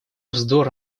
вздор